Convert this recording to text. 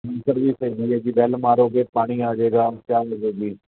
well ਮਾਰੋਗੇ ਪਾਣੀ ਆ ਜਾਏਗਾ